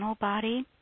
body